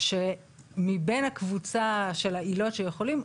שמבין הקבוצה של העילות שיכולים,